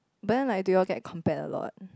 but then like do you all get compared a lot